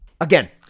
again